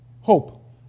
Hope